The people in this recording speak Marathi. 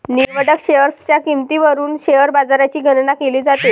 निवडक शेअर्सच्या किंमतीवरून शेअर बाजाराची गणना केली जाते